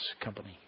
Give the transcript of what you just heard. company